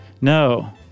No